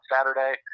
Saturday